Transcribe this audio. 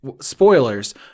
spoilers